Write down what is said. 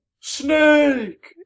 Snake